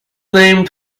named